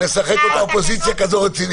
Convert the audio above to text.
מה פתאום, האנשים מגיעים לפה לבד...